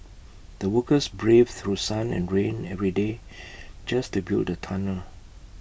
the workers braved through sun and rain every day just to build the tunnel